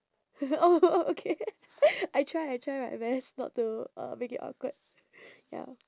oh oh okay I try I try my best not to uh make it awkward ya